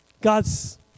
God's